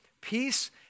peace